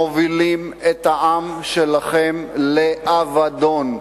מובילים את העם שלכם לאבדון.